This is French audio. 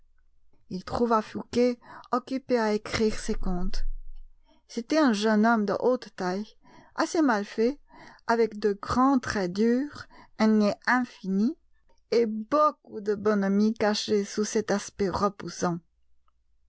il trouva fouqué occupé à écrire ses comptes c'était un jeune homme de haute taille assez mal fait avec de grands traits durs un nez infini et beaucoup de bonhomie cachée sous cet aspect repoussant